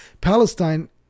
Palestine